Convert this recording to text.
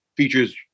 features